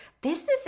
business